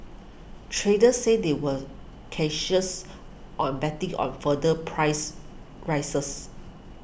traders said they were cautious on betting on further price rises